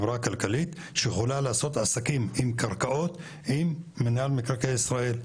חברה כלכלית שיכולה לעשות עסקים עם קרקעות עם רשות מקרקעי ישראל,